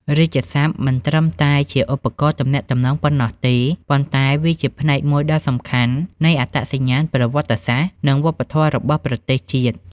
រាជសព្ទមិនត្រឹមតែជាឧបករណ៍ទំនាក់ទំនងប៉ុណ្ណោះទេ ប៉ុន្តែវាជាផ្នែកមួយដ៏សំខាន់នៃអត្តសញ្ញាណប្រវត្តិសាស្ត្រ និងវប្បធម៌របស់ប្រទេសជាតិ។